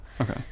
okay